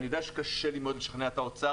אני יודע שקשה לי מאוד לשכנע את האוצר,